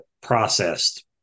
processed